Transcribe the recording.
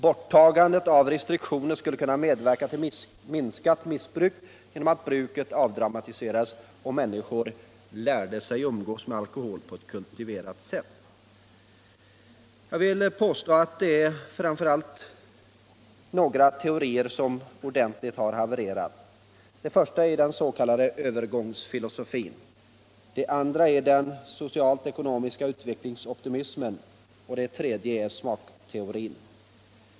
Borttagande av restriktioner skulle kunna medverka till minskat missbruk genom att bruket avdramatiserades och människor ”lärde sig att umgås med alkohol på ett kultiverat sätt”. Jag vill påstå att det framför allt är tre teorier som har ordentligt havererat: för det första den s.k. övergångsfilosofin, för det andra den socialt-ekonomiska utvecklingsoptimismen och för det tredje smakteorin.